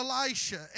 Elisha